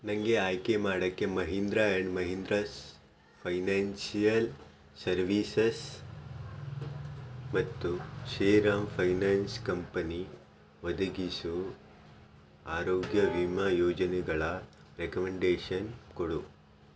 ನನಗೆ ಆಯ್ಕೆ ಮಾಡೋಕ್ಕೆ Mahindra and Mahindra's financial services ಮತ್ತು ಶ್ರೀರಾಮ್ ಫೈನಾನ್ಸ್ ಕಂಪನಿ ಒದಗಿಸೋ ಆರೋಗ್ಯ ವಿಮಾ ಯೋಜನೆಗಳ ರೆಕಮೆಂಡೇಷನ್ ಕೊಡು